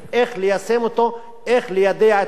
ליידע את האנשים ולאכוף אותו.